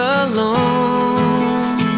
alone